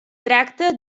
tracta